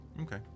okay